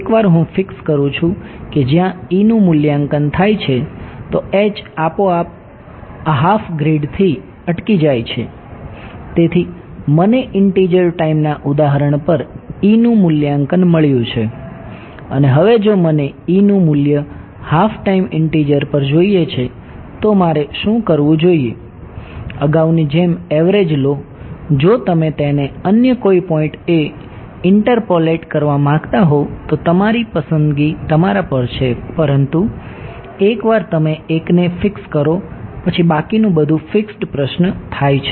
એકવાર હું ફિક્સ કરું છું કે જ્યાં E નું મૂલ્યાંકન થાય છે તો H આપોઆપ અહાફ ગ્રીડ કરવા માંગતા હોવ તો પસંદગી તમારા પર છે પરંતુ એકવાર તમે એકને ફિક્સ કરો પછી બાકીનું બધું ફિક્સ્ડ પ્રશ્ન થાય છે